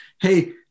Hey